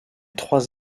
trois